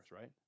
right